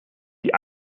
die